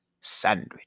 Sandwich